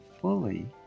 fully